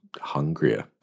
hungrier